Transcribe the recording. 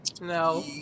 No